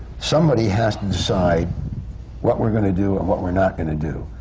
somebody has to decide what we're going to do and what we're not going to do.